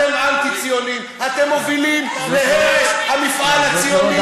אתם אנטי-ציונים, אתם מובילים להרס המפעל הציוני.